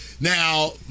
Now